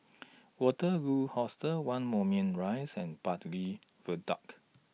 Waterloo Hostel one Moulmein Rise and Bartley Viaduct